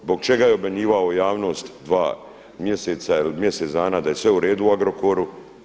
Zbog čega je obmanjivao javnost dva mjeseca ili mjesec dana da je sve u redu u Agrokoru.